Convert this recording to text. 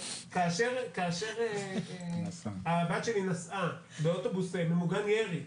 כאשר הבת שלי נסעה באוטובוס ממוגן ירי,